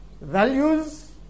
Values